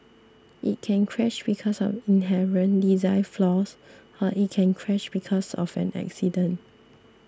it can crash because of inherent design flaws or it can crash because of an accident